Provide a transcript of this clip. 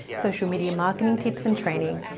social media marketing tips and training.